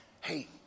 hey